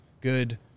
good